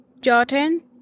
Jordan